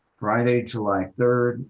friday july third,